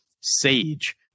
Sage